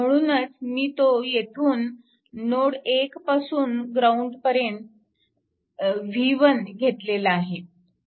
म्हणूनच मी तो येथून नोड 1 पासून ग्राउंडपर्यंत v1 घेतलेला आहे